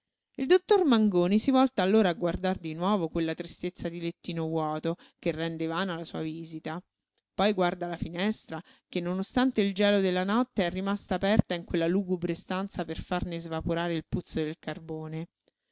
il dottor mangoni si volta allora a guardar di nuovo quella tristezza di lettino vuoto che rende vana la sua visita poi guarda la finestra che non ostante il gelo della notte è rimasta aperta in quella lugubre stanza per farne svaporare il puzzo del carbone